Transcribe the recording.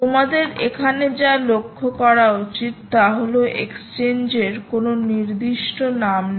তোমাদের এখানে যা লক্ষ্য করা উচিত তা হল এক্সচেঞ্জ এর কোন নির্দিষ্ট নাম নেই